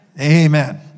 Amen